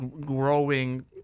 growing